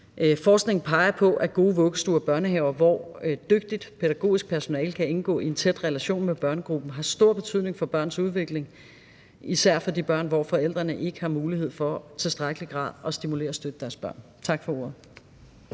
Forskningen peger på, at gode vuggestuer og børnehaver, hvor dygtigt pædagogisk personale kan indgå i en tæt relation med børnegruppen, har stor betydning for børns udvikling, især for de børn, hvor forældrene ikke har mulighed for i tilstrækkelig grad at stimulere og støtte deres børn. Tak for ordet.